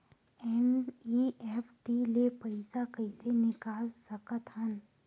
NEFT ले पईसा कइसे निकाल सकत हन?